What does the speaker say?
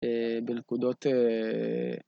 ‫בנקודות...